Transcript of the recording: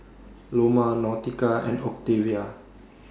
Loma Nautica and Octavia